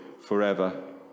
forever